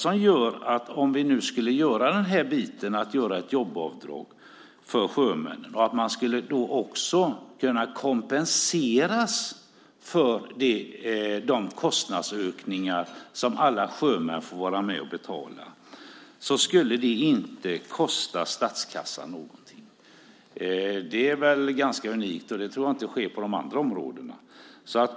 Om vi nu skulle införa ett jobbavdrag för sjömän och de också skulle kompenseras för de kostnadsökningar som alla sjömän får vara med och betala, skulle det inte kosta statskassan någonting. Det är väl ganska unikt, och det tror jag inte sker på de andra områdena.